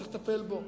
צריך לטפל בו.